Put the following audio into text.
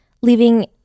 leaving